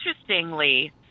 interestingly